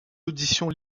audition